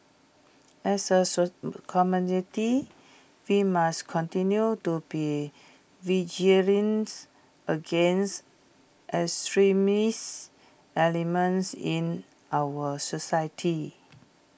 as A community we must continue to be vigilance against extremist elements in our society